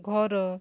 ଘର